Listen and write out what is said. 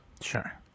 sure